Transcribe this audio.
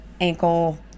ankle